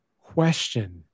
question